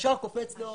ישר קופץ שוטר.